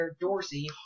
dorsey